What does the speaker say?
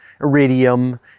iridium